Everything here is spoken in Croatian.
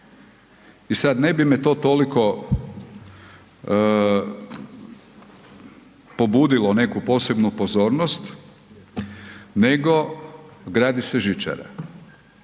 I sad ne bi me to toliko pobudilo neku posebnu pozornost nego gradi se žičara.